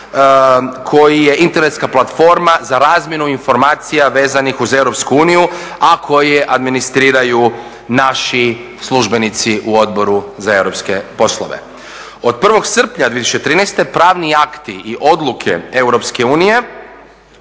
koji je internetska platforma za razmjenu informaciju vezanih uz EU, a koji administriraju naši službenici u Odboru za europske poslove. Od 01. srpnja 2013. pravni akti i odluke EU